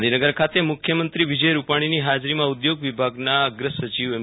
ગાંધીનગર ખાતે મુખ્યમંત્રી વિજય રૂપાણીની હાજરીમાં ઉદ્યોગ વિભાગના અગ્ર સચિવ એમ